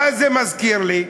מה זה מזכיר לי?